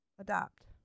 adopt